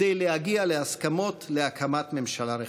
כדי להגיע להסכמות להקמת ממשלה רחבה.